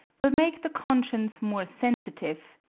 will make the conscience more sensitive,